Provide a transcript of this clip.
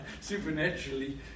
supernaturally